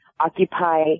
occupy